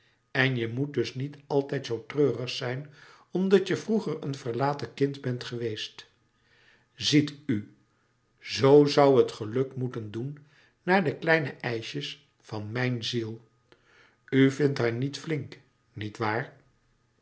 en je moet dus niet altijd zoo treurig zijn omdat je vroeger een verlaten kind bent geweest ziet u zoo zoû het geluk moeten doen naar de kleine eischjes van mijn ziel u vindt haar niet flink niet waar